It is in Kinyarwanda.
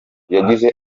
yagize